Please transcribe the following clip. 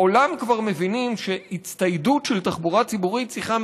בעולם כבר מבינים שהצטיידות של תחבורה ציבורית צריכה